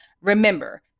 Remember